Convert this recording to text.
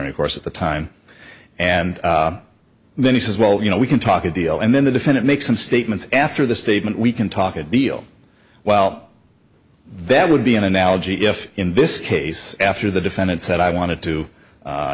y of course at the time and then he says well you know we can talk a deal and then the defendant make some statements after the statement we can talk a deal well that would be an analogy if in this case after the defendant said i wanted to